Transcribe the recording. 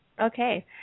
Okay